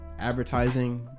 Advertising